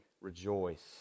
rejoice